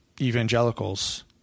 evangelicals